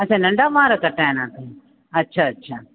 अच्छा नंढा वार कटाइणा अथन अच्छा अच्छा